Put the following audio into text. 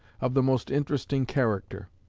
of the most interesting character.